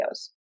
videos